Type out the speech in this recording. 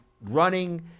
running